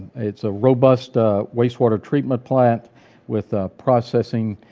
it's a robust wastewater treatment plant with a processing